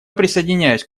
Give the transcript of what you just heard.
присоединяюсь